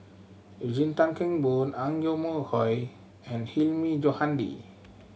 Eugene Tan Kheng Boon Ang Yoke Mooi and Hilmi Johandi